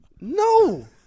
No